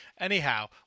anyhow